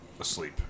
asleep